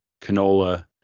canola